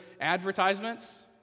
advertisements